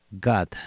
God